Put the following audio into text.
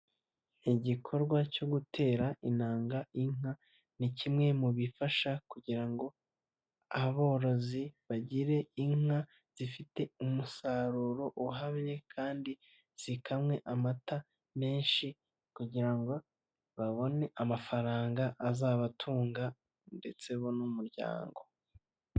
Igikorwa cyo gutera intanga inka, ni kimwe mu bifasha kugira ngo aborozi bagire inka zifite umusaruro uhamye kandi zikamwe amata menshi kugira ngo babone amafaranga azabatunga ndetse bo n'umuryango.